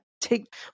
take